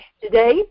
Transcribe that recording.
today